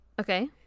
Okay